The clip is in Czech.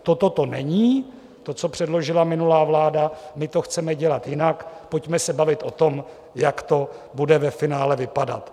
Toto to není, to, co předložila minulá vláda, my to chceme dělat jinak, pojďme se bavit o tom, jak to bude ve finále vypadat.